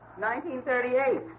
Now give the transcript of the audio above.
1938